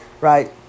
right